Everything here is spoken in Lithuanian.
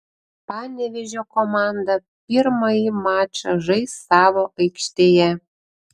panevėžio komanda pirmąjį mačą žais savo aikštėje